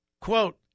Quote